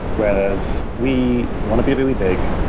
whereas we want to be really big,